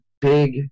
big